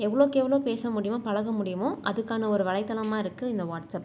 எவ்வளோக்கு எவ்வளோ பேச முடியுமோ பழக முடியுமோ அதுக்கான ஒரு வலைத்தளமாக இருக்குது இந்த வாட்ஸ்அப்